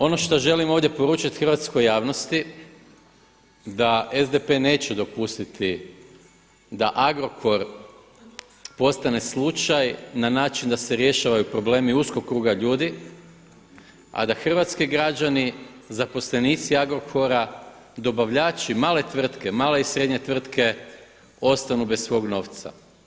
Ono što želim ovdje poručiti hrvatskoj javnosti da SDP neće dopustiti da Agrokor postane slučaj na način da se rješavaju problemi uskog kruga ljudi a da hrvatski građani, zaposlenici Agrokora, dobavljači, male tvrtke, male i srednje tvrtke ostanu bez svog novca.